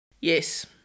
Yes